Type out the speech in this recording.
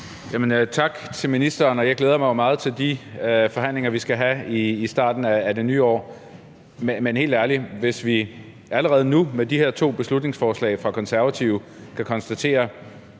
Tak til ministeren. Jeg glæder mig meget til de forhandlinger, vi skal have her i starten af det nye år. Men helt ærligt, hvis vi allerede nu med de her to beslutningsforslag fra Konservative kan konstatere,